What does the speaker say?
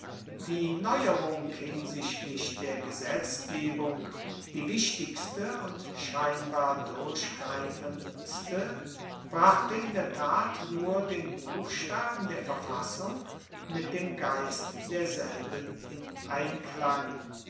die neuerung hinsichtlich der gesetzgebung die wichtigste und scheinbar durchgreifendste brachte in der tat nur den buchstaben der verfassung mit dem geist derselben in einklang